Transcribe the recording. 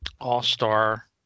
all-star